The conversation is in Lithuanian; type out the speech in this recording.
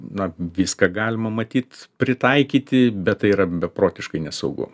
na viską galima matyt pritaikyti bet tai yra beprotiškai nesaugu